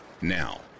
Now